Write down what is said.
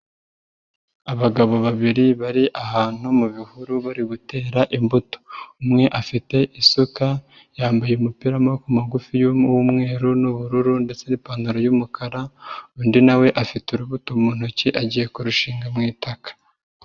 Abagabo babiri bari ahantu mu bihuru bari gutera imbuto, umwe afite isuka yambaye umupira w'amaboko magufi y'umweru n'ubururu ndetse n'pantaro y'umukara, undi nawe afite urubuto mu ntoki agiye kurushinga mu itaka.